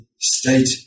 state-